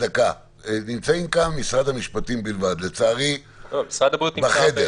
נמצאים כאן משרד המשפטים בלבד, לצערי, בחדר.